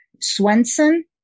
Swenson